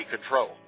control